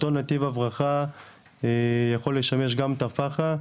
אותו נתיב הברחה יכול לשמש גם את הפח"ע,